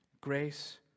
Grace